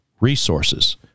resources